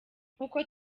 nk’uko